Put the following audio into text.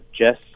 Jess